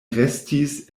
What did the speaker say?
restis